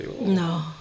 No